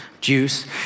Juice